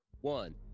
one